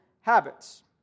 habits